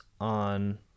on